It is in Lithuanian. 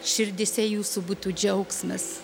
širdyse jūsų būtų džiaugsmas